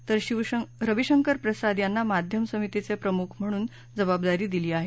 तर रविशंकर प्रसाद यांना माध्यम समितीचे प्रमुख म्हणून जबाबदारी दिली आहे